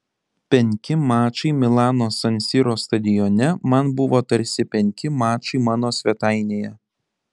penki mačai milano san siro stadione man buvo tarsi penki mačai mano svetainėje